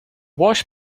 wash